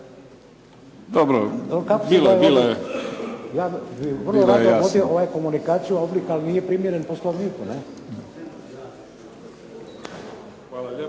Dobro. Bilo je jasno.